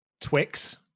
Twix